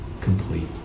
complete